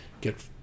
get